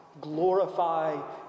glorify